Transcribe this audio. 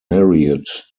married